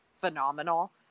phenomenal